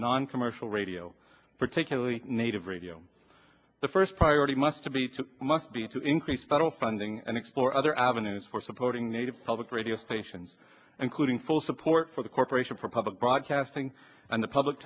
noncommercial radio particularly native radio the first priority must to be too must be to increase federal funding and explore other avenues for supporting native public radio stations and cooling full support for the corporation for public broadcasting and the public